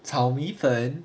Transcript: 炒米粉